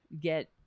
get